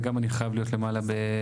וגם כי אני חייב להיות למעלה במליאה,